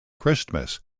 christmas